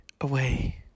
away